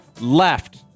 left